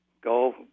Go